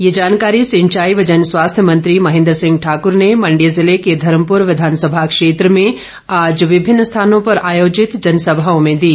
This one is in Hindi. ये जानकारी सिंचाई व जनस्वास्थ्य मंत्री महेन्द्र सिंह ठाकर ने मंडी जिले के धर्मप्र विधानसभा क्षेत्र में आज विभिन्न स्थानों पर आयोजित जनसभाओं में दी